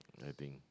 I think